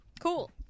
Cool